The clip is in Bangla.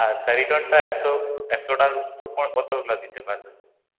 আর স্যারিডনটা একশো একশোটার উপর কতটা দিতে পারেন